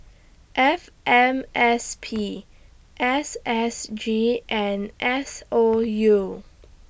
F M S P S S G and S O U